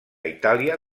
itàlia